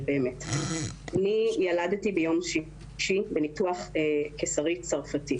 ילדתי ביום שישי בניתוח קיסרי צרפתי.